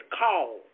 call